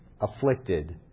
afflicted